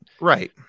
Right